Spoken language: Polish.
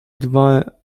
dwa